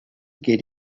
get